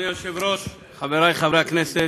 אדוני היושב-ראש, חברי חברי הכנסת,